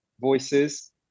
voices